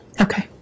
Okay